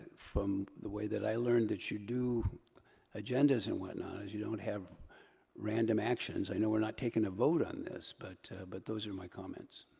from the way that i learned that you do agendas and whatnot, is you don't have random actions. i know we're not taking a vote on this, but but those are my comments.